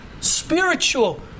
spiritual